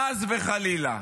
חס וחלילה.